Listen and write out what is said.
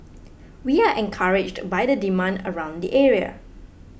we are encouraged by the demand around the area